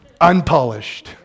Unpolished